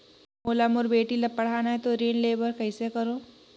मोला मोर बेटी ला पढ़ाना है तो ऋण ले बर कइसे करो